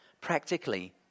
practically